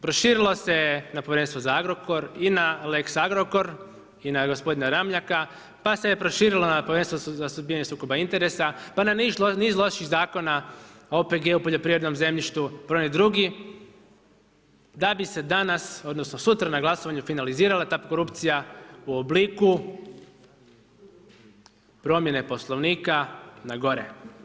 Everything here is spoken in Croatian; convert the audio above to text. Proširilo se na Povjerenstvo za Agrokor i na lex Agrokor i na gospodina Ramljaka, pa se je proširilo na Povjerenstvo za suzbijanje sukoba interesa, pa je naišlo na niz loših zakona OPG-u, poljoprivrednom zemljištu, brojni drugi da bi se danas odnosno sutra na glasovanju finalizirala ta korupcija u obliku promjene Poslovnika na gore.